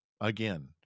again